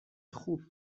خوب